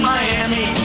Miami